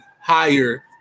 higher